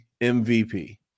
MVP